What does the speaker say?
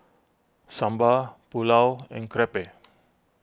Sambar Pulao and Crepe